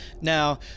Now